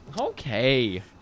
Okay